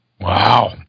Wow